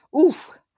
Oof